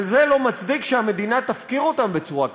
אבל זה לא מצדיק שהמדינה תפקיר אותם בצורה כזאת.